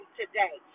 today